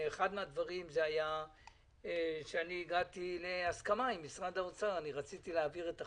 אחד הדברים היה שאני הגעתי להסכמה עם משרד האוצר - רציתי להעביר את החו